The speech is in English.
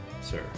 sir